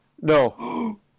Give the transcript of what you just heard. No